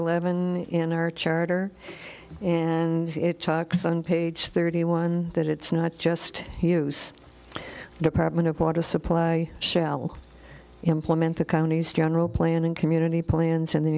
eleven in our charter and it talks on page thirty one that it's not just use department of water supply shall implement the county's general plan and community plans and then